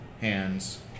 Hands